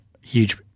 huge